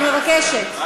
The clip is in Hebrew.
אני מבקשת.